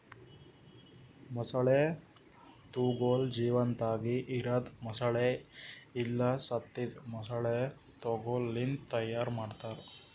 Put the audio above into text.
ಮೊಸಳೆ ತೊಗೋಲ್ ಜೀವಂತಾಗಿ ಇರದ್ ಮೊಸಳೆ ಇಲ್ಲಾ ಸತ್ತಿದ್ ಮೊಸಳೆ ತೊಗೋಲ್ ಲಿಂತ್ ತೈಯಾರ್ ಮಾಡ್ತಾರ